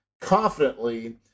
confidently